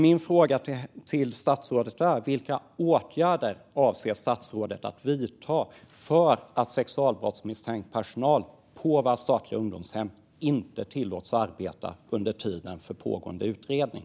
Min fråga är alltså vilka åtgärder statsrådet avser att vidta för att sexualbrottsmisstänkt personal på statliga ungdomshem inte ska tillåtas arbeta under pågående utredning.